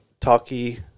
talky